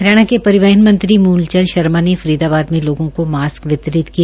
हरियाणा के परिवहन मंत्री मूलचंद शर्मा ने फरीदाबाद में लोगों को मास्क वितरित किए